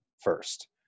first